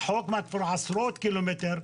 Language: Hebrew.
עשרות קילומטרים.